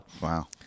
Wow